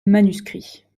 manuscrits